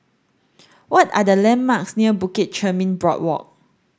what are the landmarks near Bukit Chermin Boardwalk